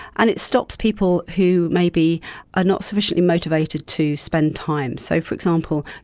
and it stops people who maybe are not sufficiently motivated to spend time. so, for example,